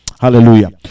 hallelujah